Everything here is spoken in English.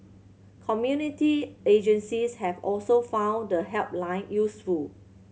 community agencies have also found the helpline useful